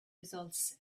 results